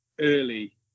early